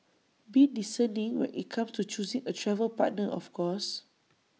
be discerning when IT comes to choosing A travel partner of course